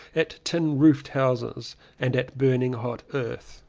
at tin-roofed houses and at burning hot earth.